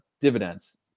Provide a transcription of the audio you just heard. dividends